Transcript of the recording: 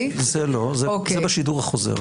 זה לא, זה בשידור החוזר.